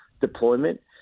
deployment